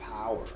power